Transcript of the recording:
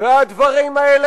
והדברים האלה,